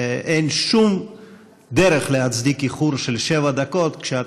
אין שום דרך להצדיק איחור של שבע דקות כשאת